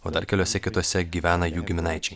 o dar keliose kitose gyvena jų giminaičiai